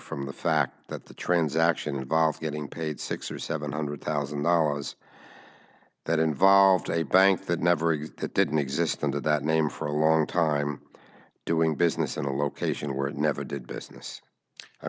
from the fact that the transaction involved getting paid six or seven hundred thousand dollars that involved a bank that never existed didn't exist under that name for a long time doing business in a location where it never did business i